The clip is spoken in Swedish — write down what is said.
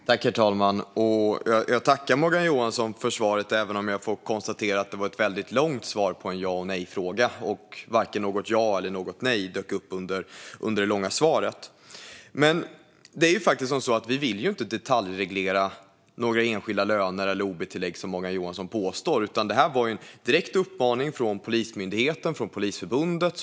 Herr talman! Jag tackar Morgan Johansson för svaret, även om jag får konstatera att det var ett väldigt långt svar på en ja eller nejfråga och att varken något ja eller något nej dök upp under det långa svaret. Vi vill inte detaljreglera några enskilda löner eller ob-tillägg, som Morgan Johansson påstår, utan det här var en direkt uppmaning från Polismyndigheten och Polisförbundet.